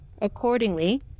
Accordingly